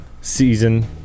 season